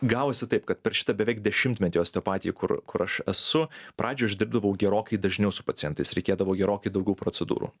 gavosi taip kad per šitą beveik dešimtmetį osteopatijoj kur kur aš esu pradžioj aš dirbdavau gerokai dažniau su pacientais reikėdavo gerokai daugiau procedūrų